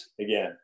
again